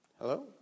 Hello